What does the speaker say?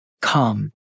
Come